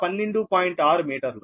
6 మీటర్లు